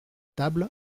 table